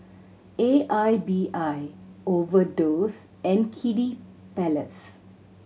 A I B I Overdose and Kiddy Palace